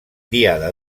diada